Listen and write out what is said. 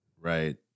Right